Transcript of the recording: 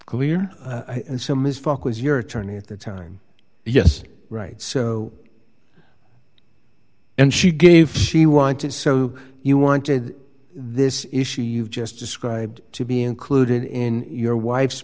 clear and so ms fuck was your attorney at that time yes right so and she gave she wanted so you wanted this issue you just described to be included in your wife's